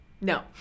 No